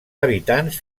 habitants